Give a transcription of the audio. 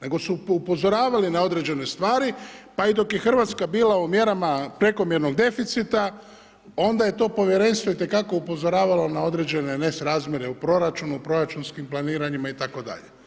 Nego su upozoravali na određene stvari pa i dok je Hrvatska bila u mjerama prekomjernog deficita onda je to Povjerenstvo itekako upozoravalo na određene nesrazmjere u proračunu, proračunskim planiranjima itd.